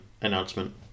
announcement